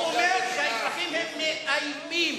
הוא אומר שהאזרחים הערבים מאיימים.